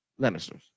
Lannisters